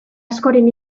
askoren